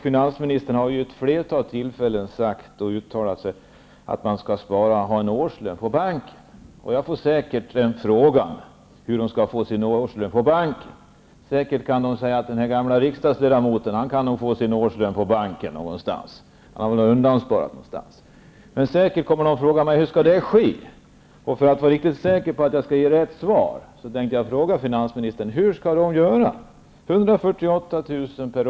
Finansministern har ju vid ett flertal tillfällen uttalat sig för att man skall spara och ha en årslön på banken. Jag får säkert frågan hur man skall kunna få sin årslön på bank. Man kommer att säga att den här gamle riksdagsledamoten nog kan få sin årslön på bank -- han har väl lagt undan en del. Men man kommer säkert att fråga mig: Hur skall det här kunna ske för oss? För att vara riktigt säker på att ge rätt svar vill jag fråga finansministern hur de skall göra, med en årslön på 148 000 kr.